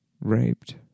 raped